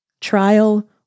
trial